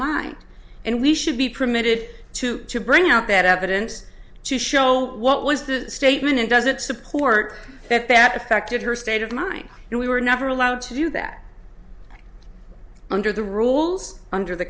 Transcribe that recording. mind and we should be permitted to bring out that evidence show what was the statement and does it support bad affected her state of mind and we were never allowed to do that under the rules under the